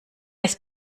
ist